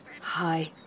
Hi